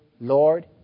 Lord